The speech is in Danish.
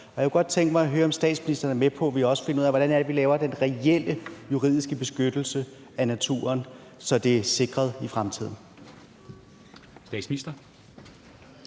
Jeg kunne godt tænke mig at høre, om statsministeren er med på, at vi også finder ud af, hvordan vi laver den reelle juridiske beskyttelse af naturen, så den er sikret i fremtiden.